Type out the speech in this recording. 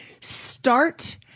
start